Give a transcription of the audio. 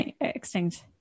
extinct